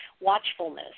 watchfulness